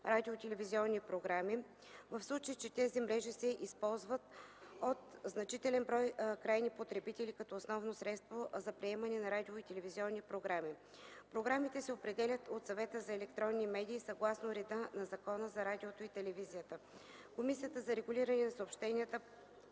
радио- и телевизионни програми, в случай че тези мрежи се използват от значителен брой крайни потребители като основно средство за приемане на радио- и телевизионни програми. Програмите се определят от Съвета за електронни медии съгласно реда на Закона за радиото и телевизията. Комисията за регулиране на съобщенията